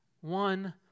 one